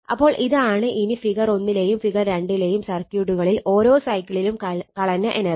അപ്പോൾ ഇതാണ് ഇനി ഫിഗർ 1 ലെയും ഫിഗർ 2 ലെയും സർക്യൂട്ടുകളിൽ ഓരോ സൈക്കിളിലും കളഞ്ഞ എനർജി